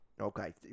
Okay